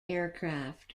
aircraft